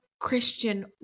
Christian